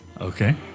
Okay